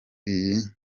iyi